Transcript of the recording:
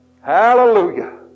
Hallelujah